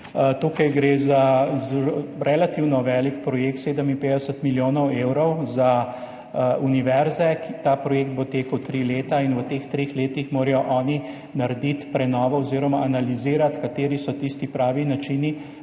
Tukaj gre za relativno velik projekt, 57 milijonov evrov za univerze. Ta projekt bo tekel tri leta in v teh treh letih morajo oni narediti prenovo oziroma analizirati, kateri so tisti pravi načini